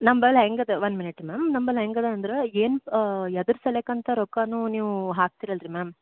ನಂಬಳಿ ಹೆಂಗೆ ಅದಾವ ಒನ್ ಮಿನಿಟ್ ಮ್ಯಾಮ್ ನಂಬಳಿ ಹೆಂಗಿದೆ ಅಂದ್ರೆ ಏನು ಯದ್ರ ಸಲ್ವಾಗ್ ಅಂತ ರೊಕ್ಕನೂ ನೀವು ಹಾಕ್ತೀರಲ್ರಿ ಮ್ಯಾಮ್